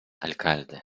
alcalde